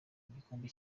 igikombe